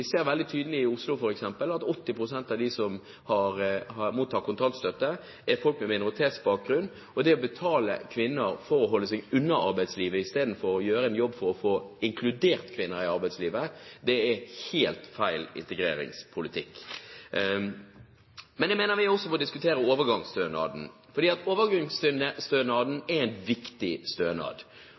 ser veldig tydelig, f.eks. i Oslo, at 80 pst. av dem som mottar kontantstøtte, er folk med minoritetsbakgrunn. Og det å betale kvinner for å holde seg unna arbeidslivet istedenfor å gjøre en jobb for å få inkludert kvinner i arbeidslivet, er helt feil integreringspolitikk. Men jeg mener at vi også må diskutere overgangsstønaden, for overgangsstønaden er en viktig stønad.